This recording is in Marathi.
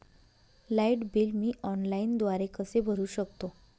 लाईट बिल मी ऑनलाईनद्वारे कसे भरु शकतो?